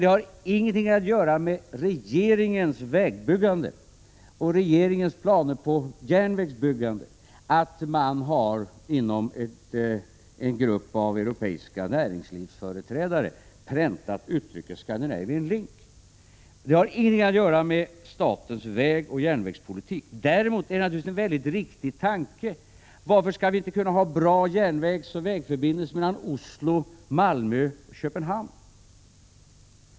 Det har emellertid ingenting att göra med regeringens vägbyggande och regeringens planer på järnvägsbyggande att man inom en grupp av europeiska näringslivsföreträdare har präntat uttrycket Scandinavian Link. Det har ingenting att göra med statens vägoch järnvägspolitik. Däremot är naturligtvis följande tanke mycket riktig: Varför skall vi inte kunna ha bra järnvägsoch = vägförbindelser Oslo—-Malmö— Köpenhamn?